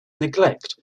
neglect